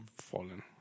fallen